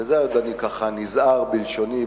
וזה עוד כשאני ככה נזהר בלשוני,